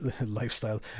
lifestyle